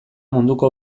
munduko